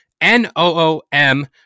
N-O-O-M